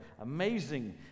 Amazing